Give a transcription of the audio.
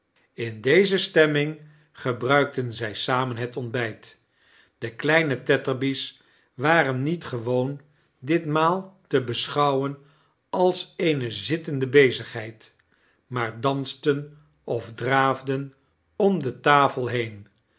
in deze stemming gebruikten zij samen het ontbijt de kleine tetterby's waren niet gewoon dit maal te heschouwen als eene zittende bezigheid xoaar dansten of draafden om de tafel heen